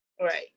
Right